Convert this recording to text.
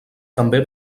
també